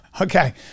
Okay